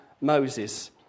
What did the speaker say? Moses